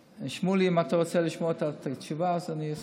שמולי, אם אתה רוצה לשמוע את התשובה אני אשמח.